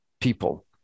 people